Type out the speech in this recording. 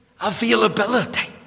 availability